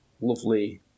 lovely